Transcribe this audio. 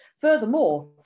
Furthermore